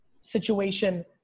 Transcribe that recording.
situation